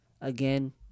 Again